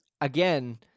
again